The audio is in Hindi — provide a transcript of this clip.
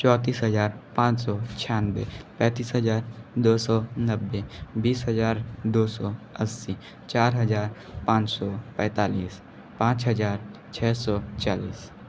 चौतीस हज़ार पाँच सौ छियानवे पैंतीस हज़ार दो सौ नब्बे बीस हजार दो सौ अस्सी चार हज़ार पाँच सौ पैतालीस पाँच हज़ार छः सौ चालीस